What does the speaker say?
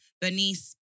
Bernice